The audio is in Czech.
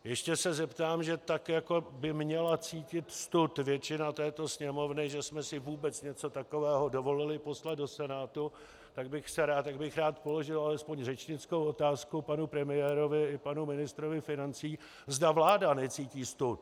Ještě se zeptám, že tak jako by měla cítit stud většina této Sněmovny, že jsme si vůbec něco takového dovolili poslat do Senátu, tak bych rád položil alespoň řečnickou otázku panu premiérovi i panu ministrovi financí, zda vláda necítí stud.